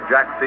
Jack